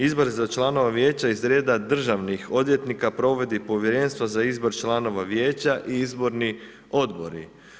Izbor za članove vijeća iz reda državnih odvjetnika provodi Povjerenstvo za izbor članova vijeća i izborni odbori.